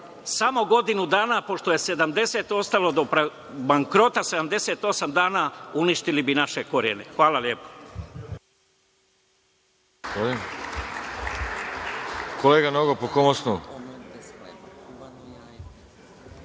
samo godinu dana, pošto je 78 dana ostalo do bankrota, uništili bi naše korene. Hvala lepo.